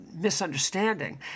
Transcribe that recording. misunderstanding